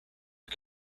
are